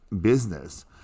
business